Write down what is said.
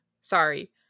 Sorry